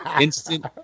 instant